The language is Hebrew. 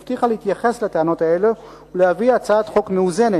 הבטיחה להתייחס לטענות האלו ולהביא הצעת חוק מאוזנת,